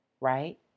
Right